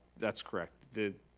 that's correct. the